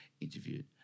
interviewed